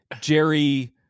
Jerry